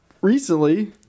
recently